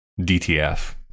DTF